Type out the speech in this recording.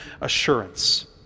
assurance